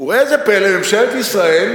וראה זה פלא, ממשלת ישראל,